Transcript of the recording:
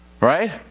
right